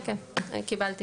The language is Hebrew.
כן, כן, קיבלתי.